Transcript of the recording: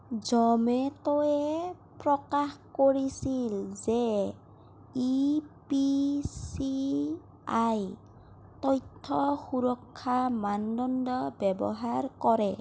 জ'মেটোৱে প্ৰকাশ কৰিছিল যে ই পি চি আই তথ্য সুৰক্ষা মানদণ্ড ব্যৱহাৰ কৰে